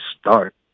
start